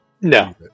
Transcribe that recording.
No